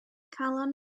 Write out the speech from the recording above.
calon